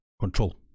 control